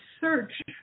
search